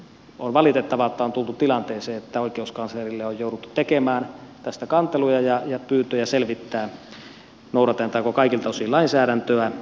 on valitettavaa että on tultu tilanteeseen että oikeuskanslerille on jouduttu tekemään tästä kanteluja ja pyyntöjä selvittää noudatetaanko kaikilta osin lainsäädäntöä